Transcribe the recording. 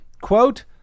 Quote